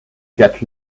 get